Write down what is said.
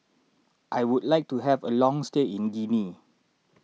I would like to have a long stay in Guinea